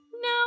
No